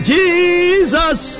Jesus